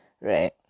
right